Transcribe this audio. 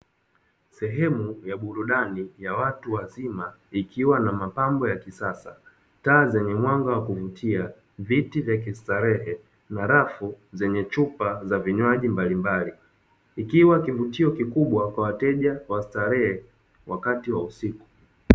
Sehemu ya burudani ya watu wazima ikiwa na mapambo ya kisasa, taa zenye mwanga wa kuvutia, viti vya kistarehe na rafu zenye chupa za vinywaji mbalimbali, ikiwa kivutio kikubwa kwa wateja wa starehe wakati wa usiku.